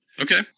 Okay